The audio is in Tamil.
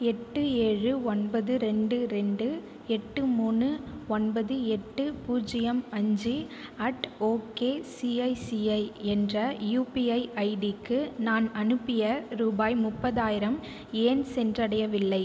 எட்டு ஏழு ஒன்பது ரெண்டு ரெண்டு எட்டு மூணு ஒன்பது எட்டு பூஜ்யம் அஞ்சு அட் ஓகேசிஐசிஐ என்ற யூபிஐ ஐடிக்கு நான் அனுப்பிய ரூபாய் முப்பதாயிரம் ஏன் சென்றடையவில்லை